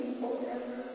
forever